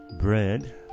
bread